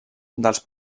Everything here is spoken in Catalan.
dels